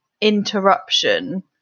interruption